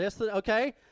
Okay